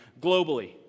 globally